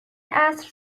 عصر